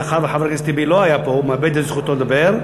מאחר שחבר הכנסת טיבי לא היה פה הוא מאבד את זכותו לדבר,